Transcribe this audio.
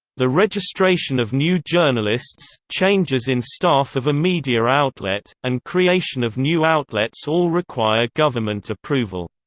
the registration of new journalists, changes in staff of a media outlet, and creation of new outlets all require government approval.